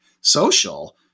social